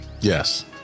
yes